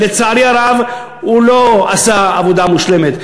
לצערי הרב הוא לא עשה עבודה מושלמת.